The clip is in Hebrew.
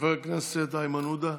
חבר הכנסת איימן עודה,